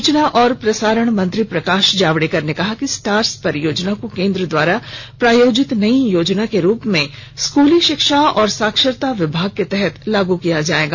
सूचना और प्रसारण मंत्री प्रकाश जावड़ेकर ने कहा कि स्टार्स परियोजना को केन्द्र द्वारा प्रायोजित नई योजना के रूप में स्कूली शिक्षा और साक्षरता विभाग के तहत लागू किया जायेगा